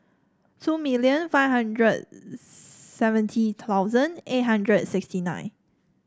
million five hundred seventy thousand eight hundred sixty nine